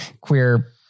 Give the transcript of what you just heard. queer